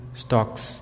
stocks